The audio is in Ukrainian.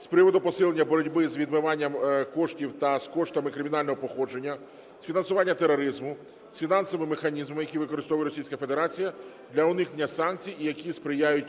з приводу посилення боротьби з відмивання коштів та з коштами кримінального походження, з фінансуванням тероризму, з фінансовими механізмами, які використовує Російська Федерація для уникнення санкцій і які сприяють